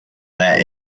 that